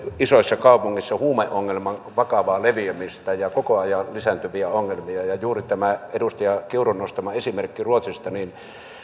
isoissa kaupungeissa huumeongelman vakavaa leviämistä ja koko ajan lisääntyviä ongelmia ja juuri tämä edustaja kiurun nostama esimerkki ruotsista niin